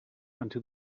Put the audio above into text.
onto